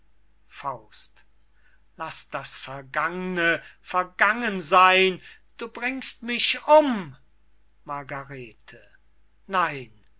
drum laß das vergang'ne vergangen seyn du bringst mich um margarete nein